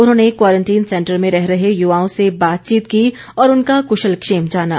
उन्होंने quarantine centre में रह रहे युवाओं से बातचीत की और उनका कृशल क्षेम जाना